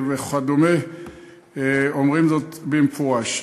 אומרים זאת במפורש.